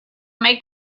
make